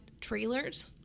trailers